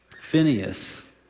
Phineas